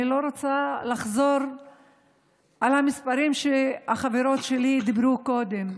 אני לא רוצה לחזור על המספרים שהחברות שלי אמרו קודם,